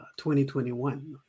2021